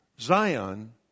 Zion